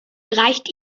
reicht